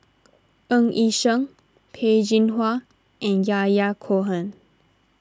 Ng Yi Sheng Peh Chin Hua and Yahya Cohen